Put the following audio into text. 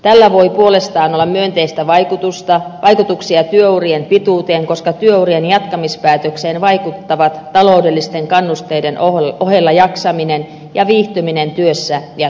tällä voi puolestaan olla myönteisiä vaikutuksia työurien pituuteen koska työuran jatkamispäätökseen vaikuttavat taloudellisten kannusteiden ohella jaksaminen ja viihtyminen työssä ja työpaikalla